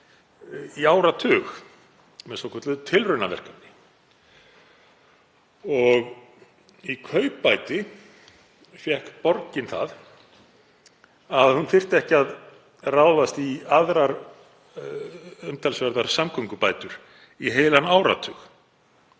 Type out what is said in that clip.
í áratug með svokölluðu tilraunaverkefni. Í kaupbæti fékk borgin það að hún þyrfti ekki að ráðast í aðrar umtalsverðar samgöngubætur í heilan áratug.